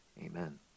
amen